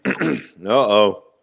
Uh-oh